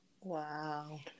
wow